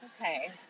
Okay